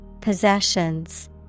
Possessions